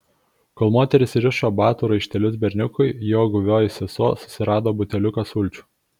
kol moteris rišo batų raištelius berniukui jo guvioji sesuo susirado buteliuką sulčių